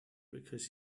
because